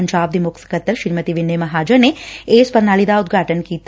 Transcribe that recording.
ਪੰਜਾਬ ਦੀ ਮੁੱਖ ਸਕੱਤਰ ਸ੍ਰੀਮਤੀ ਵਿੰਨੀ ਮਹਾਜਨ ਨੇ ਇਸ ਪ੍ਰਣਾਲੀ ਦਾ ਉਦਘਾਟਨ ਕੀਤਾ